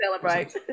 celebrate